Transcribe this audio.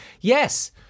Yes